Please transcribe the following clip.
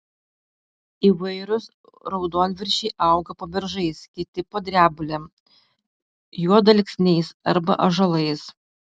įvairūs raudonviršiai auga po beržais kiti po drebulėm juodalksniais arba ąžuolais